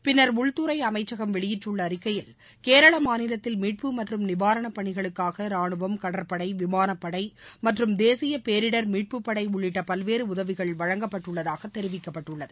பின்னர் உள்துறை அமைச்சகம் வெளியிட்டுள்ள அறிக்கையில் கேரள மாநிலத்தில் மீட்புப் மற்றும் நிவாரணப் பணிகளுக்காக ராணுவம் கடற்படை விமானப்படை மற்றும் தேசிய பேரிடர் மீட்புப் படை உள்ளிட்ட பல்வேறு உதவிகள் வழங்கப்பட்டுள்ளதாக தெரிவிக்கப்பட்டுள்ளது